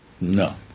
No